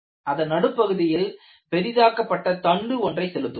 அதன் நடுப்பகுதியில் பெரிதாக்கப்பட்ட தண்டு ஒன்றை செலுத்துவோம்